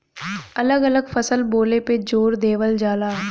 अलग अलग फसल बोले पे जोर देवल जाला